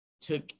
Took